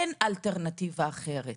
אין אלטרנטיבה אחרת.